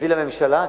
הביא לממשלה,